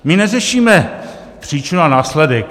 My neřešíme příčinu a následek.